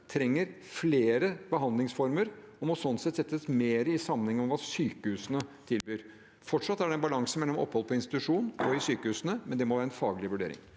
trenger flere behandlingsformer og sånn sett må settes mer i sammenheng med hva sykehusene tilbyr. Fortsatt er det en balanse mellom opphold på institusjon og i sykehusene, men det må være en faglig vurdering.